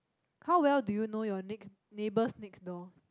how well do you know your next neighbours next door